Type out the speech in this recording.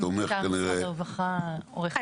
--- חבל שלא עשיתם את התאום הזה עוד קודם,